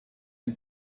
and